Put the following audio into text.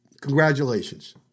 Congratulations